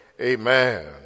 Amen